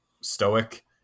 stoic